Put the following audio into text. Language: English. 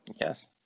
yes